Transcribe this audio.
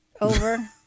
over